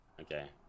Okay